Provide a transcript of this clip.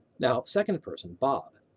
now, second person bob.